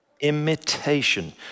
imitation